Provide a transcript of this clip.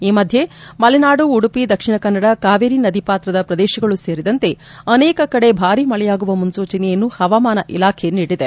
ಈ ಮಧ್ಯೆ ಮಲೆನಾಡು ಉಡುಪಿ ದಕ್ಷಿಣಕನ್ನಡ ಕಾವೇರಿ ನದಿಪಾತ್ರದ ಪ್ರದೇಶಗಳು ಸೇರಿದಂತೆ ಅನೇಕ ಕಡೆ ಭಾರೀ ಮಳೆಯಾಗುವ ಮುನ್ಸೂ ಚನೆಯನ್ನು ಹವಾಮಾನ ಇಲಾಖೆ ನೀಡಿದೆ